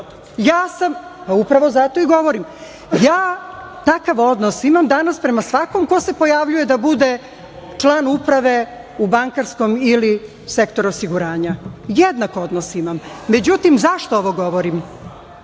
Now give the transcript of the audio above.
je otac.)Upravo zato i govorim. Ja takav odnos imam danas prema svakome ko se pojavljuje da bude član uprave u bankarskom ili sektoru osiguranja. Jednak odnos imam.Međutim, zašto ovo govorim?